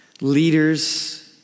leaders